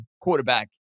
quarterback